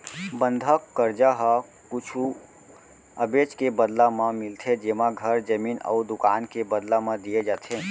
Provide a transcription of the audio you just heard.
बंधक करजा ह कुछु अबेज के बदला म मिलथे जेमा घर, जमीन अउ दुकान के बदला म दिये जाथे